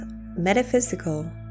metaphysical